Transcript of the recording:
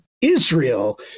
Israel